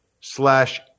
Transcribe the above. slash